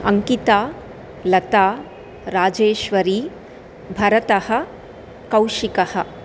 अङ्किता लता राजेश्वरिः भरतः कौशिकः